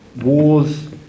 Wars